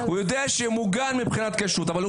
הוא יודע שהוא מוגן מבחינת כשרות אבל הוא